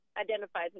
identifies